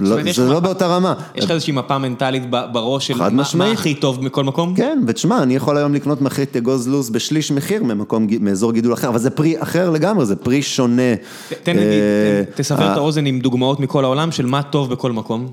זה לא באותה רמה. יש לך איזושהי מפה מנטלית בראש של מה הכי טוב מכל מקום? כן, ותשמע, אני יכול היום לקנות מחית אגוזי לוז בשליש מחיר ממקום, מאזור גידול אחר, אבל זה פרי אחר לגמרי, זה פרי שונה. תן נגיד, תסבר את האוזן עם דוגמאות מכל העולם של מה טוב בכל מקום.